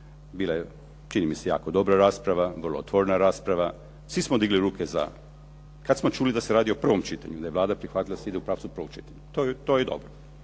bila je čini mi se jako dobra rasprava, vrlo otvorena rasprava. Svi smo digli ruke za kad smo čuli da se radi o prvom čitanju, da je Vlada prihvatila da se ide u pravcu prvog čitanja. To je dobro.